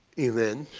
event,